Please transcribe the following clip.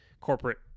corporate